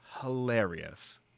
hilarious